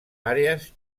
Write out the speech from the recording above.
àrees